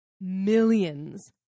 millions